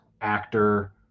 actor